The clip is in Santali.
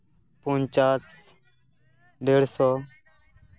ᱯᱚᱧᱪᱟᱥ ᱰᱮᱲᱥᱚ